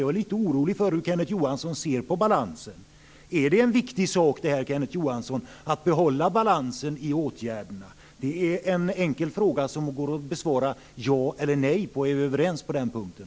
Jag är lite orolig för hur Kenneth Johansson ser på balansen. Är det viktigt att behålla balansen i åtgärderna? Det är en enkel fråga som det går att svara ja eller nej på. Är vi överens på den punkten?